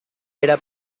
era